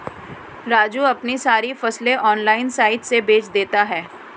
राजू अपनी सारी फसलें ऑनलाइन साइट से बेंच देता हैं